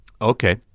okay